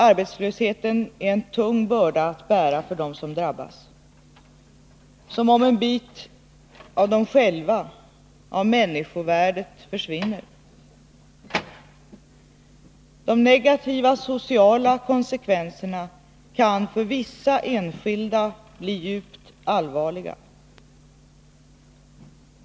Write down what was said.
Arbetslösheten är en tung börda att bära för dem som drabbas — det är som om en bit av dem själva, av människovärdet försvinner. De negativa sociala konsekvenserna kan för vissa enskilda bli djupt allvarliga.